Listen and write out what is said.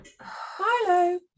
hello